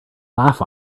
laugh